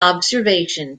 observation